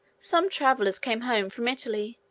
some travellers came home from italy,